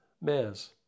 mares